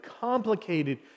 complicated